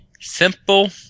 simple